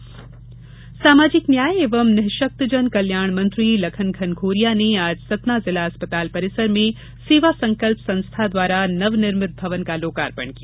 लोकार्पण कल्याण मंत्री सामाजिक न्याय एवं निःशक्तजन कल्याण मंत्री लखन घनघोरिया ने आज सतना जिला अस्पताल परिसर में सेवा संकल्प संस्था द्वारा नवनिर्मित भवन का लोकार्पण किया